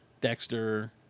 Dexter